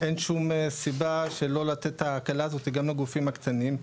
אין שום סיבה שלא לתת את ההקלה גם לגופים הקטנים,